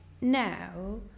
now